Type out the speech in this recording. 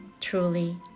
Truly